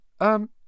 Um